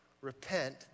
Repent